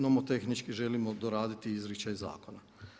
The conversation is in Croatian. Nomotehnički želimo doraditi izričaj zakona.